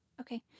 Okay